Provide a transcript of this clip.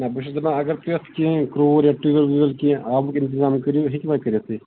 نَہ بہٕ چھُس دَپان اگر یَتھ کیٚنٛہہ کٕروٗر یا ٹُوٮ۪ل وُوٮ۪ل کیٚنٛہہ آبُک اِنتظام کٔرو ہیٚکوا کٔرِتھ تُہۍ